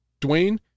Dwayne